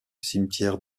cimetière